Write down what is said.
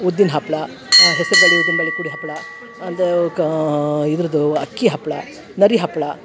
ಉದ್ದಿನ ಹಪ್ಪಳ ಹೆಸ್ರು ಬ್ಯಾಳೆ ಉದ್ದಿನ ಬ್ಯಾಳೆ ಕೂಡಿ ಹಪ್ಪಳ ಅದು ಕಾ ಇದ್ರದ್ದು ಅಕ್ಕಿ ಹಪ್ಪಳ ಹಪ್ಪಳ